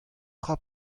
tra